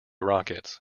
rockets